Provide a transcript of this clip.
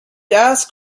ask